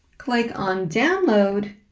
click on download,